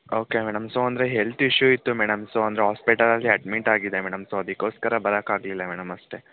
okay madam so ಅಂದರೆ health issue ಇತ್ತು madam so ಅಂದರೆ ಹಾಸ್ಪೆಟಲಲ್ಲಿ ಅಡ್ಮಿಟ್ ಆಗಿದ್ದೆ ಮೇಡಮ್ ಸೊ ಅದಕ್ಕೋಸ್ಕರ ಬರೋಕಾಗ್ಲಿಲ್ಲ ಮೇಡಮ್ ಅಷ್ಟೆ